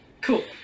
cool